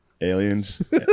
Aliens